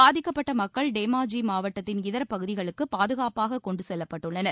பாதிக்கப்பட்ட மக்கள் டேமாஜி மாவட்டத்தின் இதர பகுதிகளுக்கு பாதுகாப்பாக கொண்டு செல்லப்பட்டுள்ளனர்